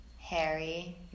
Harry